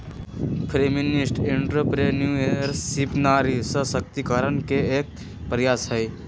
feminist entrepreneurship नारी सशक्तिकरण के एक प्रयास हई